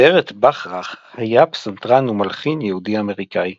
ברט בכרך היה פסנתרן ומלחין יהודי-אמריקאי,